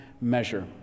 measure